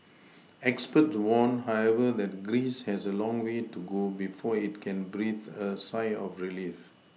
experts warn however that Greece has a long way to go before it can breathe a sigh of Relief